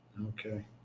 Okay